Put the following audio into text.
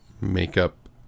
makeup